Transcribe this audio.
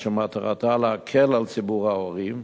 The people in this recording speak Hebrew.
שמטרתה להקל על ציבור ההורים,